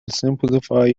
simplify